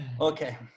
Okay